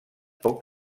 poc